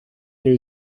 new